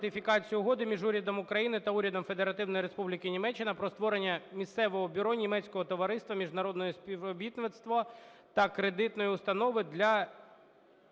Угоди між Урядом України та Урядом Федеративної Республіки Німеччина про створення місцевого бюро Німецького товариства міжнародного співробітництва Кредитної установи для